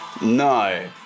No